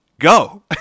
Go